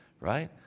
Right